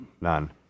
None